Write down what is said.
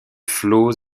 flots